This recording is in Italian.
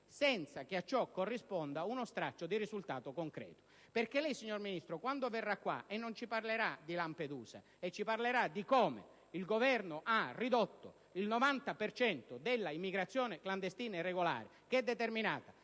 senza che a ciò corrisponda uno straccio di risultato concreto. Quando lei verrà qui, signor Ministro, e non ci parlerà di Lampedusa, ma ci parlerà di come il Governo ha ridotto il 90 per cento della immigrazione clandestina irregolare, che è determinata